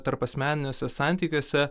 tarpasmeniniuose santykiuose